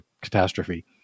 catastrophe